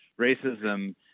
Racism